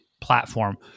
platform